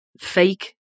fake